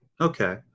Okay